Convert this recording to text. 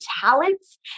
talents